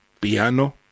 Piano